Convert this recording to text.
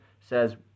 says